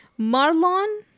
Marlon